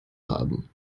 haben